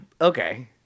Okay